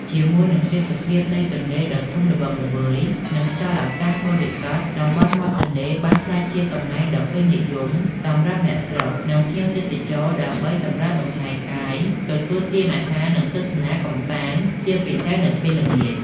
ជាមួយនឹងទេសភាពនៃទន្លេដ៏ធំល្វឹងល្វើយ និងខ្យល់អាកាសបរិសុទ្ធ តំបន់មាត់ទន្លេបានក្លាយជាកន្លែងដ៏ពេញនិយមសម្រាប់អ្នកស្រុក និងភ្ញៀវទេសចរដើម្បីសម្រាកលំហែកាយ ទទួលទានអាហារ និងទស្សនាកម្សាន្ត ជាពិសេសនៅពេលល្ងាច។